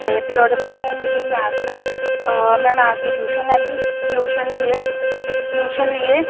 ते फिर ओह्दे बाद मिगी मैथ दा में मैथ दी ट्यूशन लैती ट्यूशन लेइयै ट्यूशन लेइयै